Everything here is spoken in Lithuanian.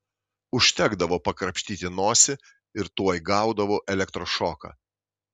užtekdavo pakrapštyti nosį ir tuoj gaudavau elektros šoką